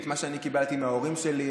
את מה שאני קיבלתי מההורים שלי,